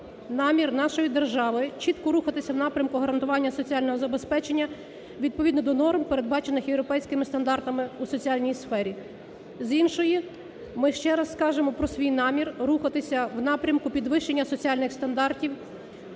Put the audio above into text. намір нашої держави чітко рухатися в напрямку гарантування соціального забезпечення відповідно до норм, передбачених європейськими стандартами у соціальній сфері. З іншої, ми ще раз скажемо про свій намір рухатися в напрямку підвищення соціальних стандартів